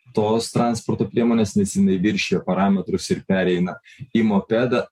tos transporto priemonės nes jinai viršija parametrus ir pereina į mopedą